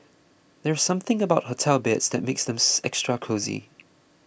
there's something about hotel beds that makes them extra cosy